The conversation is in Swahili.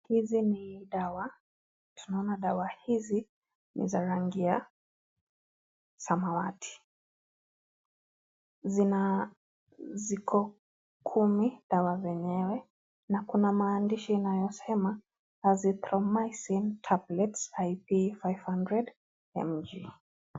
Hizi ni dawa. Tunaona dawa hizi ni za rangi ya samawati. Zina ziko kumi dawa zenyewe. Na kuna maandishi inayosema, Azynthromysine tablets IP 500mg.